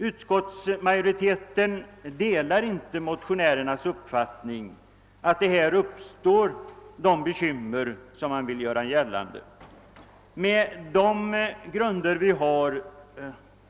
Utskottsmajoriteten delar inte motionärernas uppfattning om de bekymmer som uppstår vid en fastighetsförsäljning.